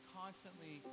constantly